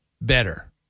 Better